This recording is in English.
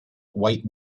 white